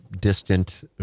distant